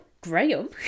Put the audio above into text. Graham